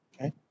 Okay